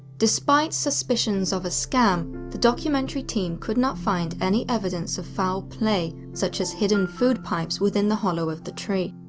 despite suspicions of a scam, the documentary team could not find any evidence of foul play, such as hidden food pipes within the hollow of the tree.